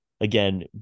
again